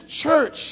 church